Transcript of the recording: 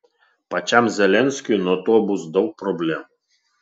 pačiam zelenskiui nuo to bus daug problemų